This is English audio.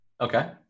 Okay